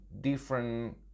different